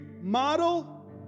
model